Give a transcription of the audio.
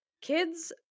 kids